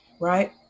right